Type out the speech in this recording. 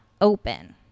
open